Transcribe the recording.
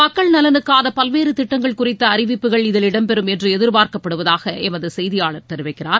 மக்கள் நலனுக்கான பல்வேறு திட்டங்கள் குறித்த அறிவிப்புகள் இதில் இடம்பெறும் என்று எதிர்பார்க்கப்படுவதாக எமது செய்தியாளர் தெரிவிக்கிறார்